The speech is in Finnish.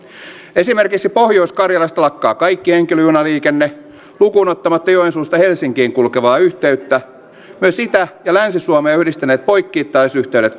esimerkiksi pohjois karjalasta lakkaa kaikki henkilöjunaliikenne lukuun ottamatta joensuusta helsinkiin kulkevaa yhteyttä myös itä ja länsi suomea yhdistäneet poikittaisyhteydet